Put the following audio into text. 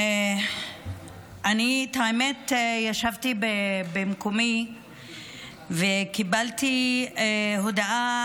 האמת היא שישבתי במקומי וקיבלתי הודעה